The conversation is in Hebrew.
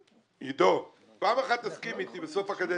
עידו, פעם אחת תסכים איתי בסוף הקדנציה.